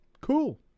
cool